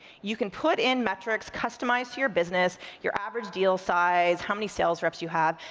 you can put in metrics customized to your business, your average deal size, how many sales reps you have,